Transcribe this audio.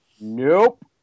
Nope